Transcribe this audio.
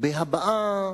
בהבעה